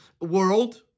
world